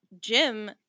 Jim